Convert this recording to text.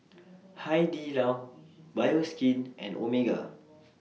Hai Di Lao Bioskin and Omega